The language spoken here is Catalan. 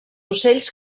ocells